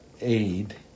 aid